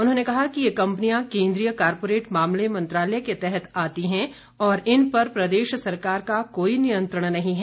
उन्होंने कहा कि ये कंपनियां केंद्रीय कॉरपोरेट मामले मंत्रालय के तहत आती है और इन पर प्रदेश सरकार का कोई नियंत्रण नहीं है